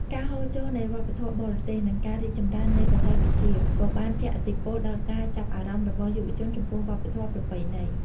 ការហូរចូលនៃវប្បធម៌បរទេស និងការរីកចម្រើននៃបច្ចេកវិទ្យា ក៏បានជះឥទ្ធិពលដល់ការចាប់អារម្មណ៍របស់យុវជនចំពោះវប្បធម៌ប្រពៃណី។